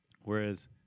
Whereas